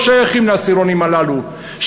לא שייכים לעשירונים הללו,